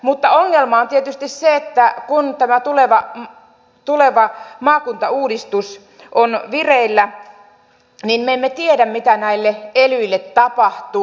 mutta ongelma on tietysti se että kun tämä tuleva maakuntauudistus on vireillä niin me emme tiedä mitä näille elyille tapahtuu